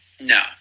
no